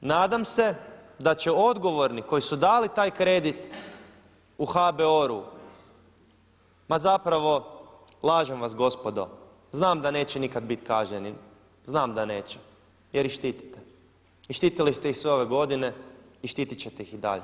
Nadam se da će odgovorni koji su dali taj kredit u HBOR-u, ma zapravo lažem vas gospodo znam da neće nikad bit kažnjeni znam da neće, jer ih štitite i štitili ste ih sve ove godine i štitit ćete ih i dalje.